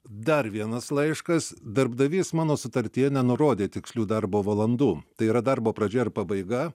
dar vienas laiškas darbdavys mano sutartyje nenurodė tikslių darbo valandų tai yra darbo pradžia ir pabaiga